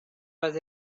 was